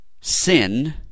sin